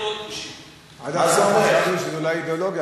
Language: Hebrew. עד עכשיו חשבנו שזה אולי אידיאולוגיה,